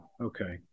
okay